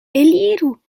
eliru